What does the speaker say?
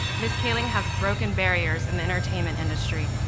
ms. kaling has broken barriers in the entertainment industry.